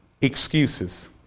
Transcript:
Excuses